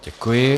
Děkuji.